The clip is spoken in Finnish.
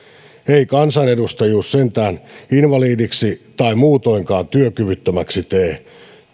ei kansanedustajuus sentään invalidiksi tai muutoinkaan työkyvyttömäksi tee työhaluttomaksi ehkä